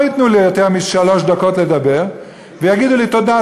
לא ייתנו לי יותר משלוש דקות לדבר ויגידו לי: תודה,